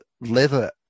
leather